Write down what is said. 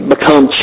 become